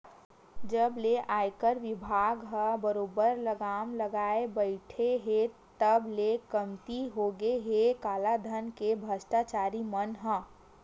जब ले आयकर बिभाग ह बरोबर लगाम लगाए बइठे हे तब ले कमती होगे हे कालाधन के भस्टाचारी मन ह